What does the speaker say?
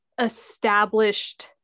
established